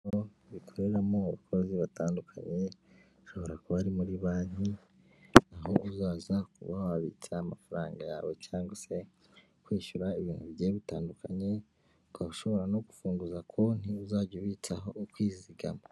Ndi kubonamo abakozi batandukanye, hashobora kuba ari muri banki, aho uzaza ukaba wabitsa amafaranga yawe, cyangwa se kwishyura ibintu bigiye bitandukanye, ukaba ushobora no gufunguza konti uzajya ubitsaho ukizigama.